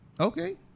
Okay